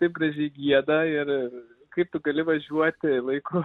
taip gražiai gieda ir kaip tu gali važiuoti laiku